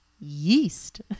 yeast